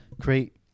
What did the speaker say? create